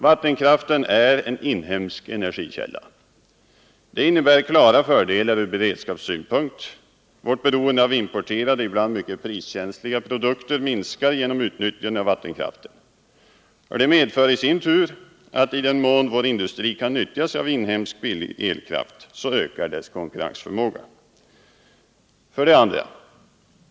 Vattenkraften är en inhemsk energikälla. Det innebär klara fördelar ur beredskapssynpunkt. Vårt beroende av importerade, ibland mycket priskänsliga produkter, minskar genom utnyttjande av vattenkraften. Det medför i sin tur att i den mån vår industri kan nyttja inhemsk billig elkraft så ökar dess konkurrensförmåga. 2.